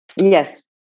Yes